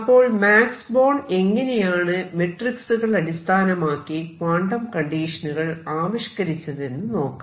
അപ്പോൾ Max Born എങ്ങനെയാണ് മെട്രിക്സുകൾ അടിസ്ഥാനമാക്കി ക്വാണ്ടം കണ്ടീഷനുകൾ ആവിഷ്കരിച്ചതെന്നു നോക്കാം